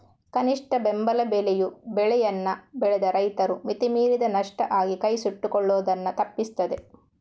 ಕನಿಷ್ಠ ಬೆಂಬಲ ಬೆಲೆಯು ಬೆಳೆಯನ್ನ ಬೆಳೆದ ರೈತರು ಮಿತಿ ಮೀರಿದ ನಷ್ಟ ಆಗಿ ಕೈ ಸುಟ್ಕೊಳ್ಳುದನ್ನ ತಪ್ಪಿಸ್ತದೆ